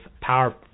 power